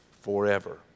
forever